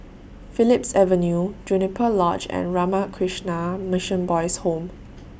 Phillips Avenue Juniper Lodge and Ramakrishna Mission Boys' Home